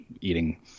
eating